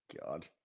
God